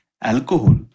alcohol